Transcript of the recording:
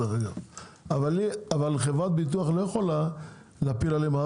אבל חברת ביטוח לא יכולה להפיל עליהם הר